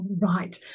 right